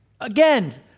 Again